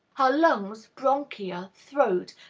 her lungs, bronchia, throat,